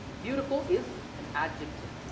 beautiful is an adjective.